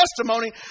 testimony